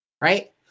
right